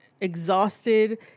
exhausted